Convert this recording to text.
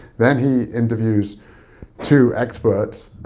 then he interviews two experts,